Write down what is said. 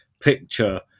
picture